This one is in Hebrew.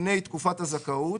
לפני תקופת הזכאות,